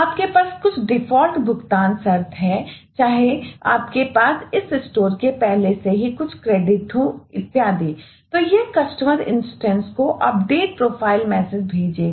आपके पास कुछ डिफॉल्ट भुगतान शर्त है चाहे आपके पास इस स्टोर का पहले से ही कुछ क्रेडिट करेगा